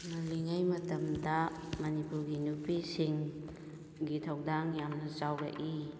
ꯉꯜꯂꯤꯉꯩ ꯃꯇꯝꯗ ꯃꯅꯤꯄꯨꯔꯒꯤ ꯅꯨꯄꯤꯁꯤꯡ ꯒꯤ ꯊꯧꯗꯥꯡ ꯌꯥꯝꯅ ꯆꯥꯎꯔꯛꯏ